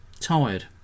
Tired